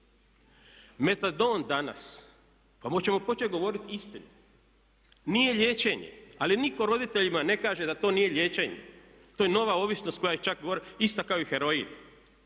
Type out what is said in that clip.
Metadon danas pa hoćemo počet govorit istinu nije liječenje. Ali nitko roditeljima ne kaže da to nije liječenje. To je nova ovisnost koja je čak ista kao i heroin